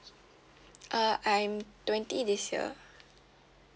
uh I'm twenty this year